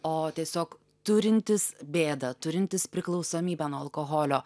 o tiesiog turintys bėdą turintys priklausomybę nuo alkoholio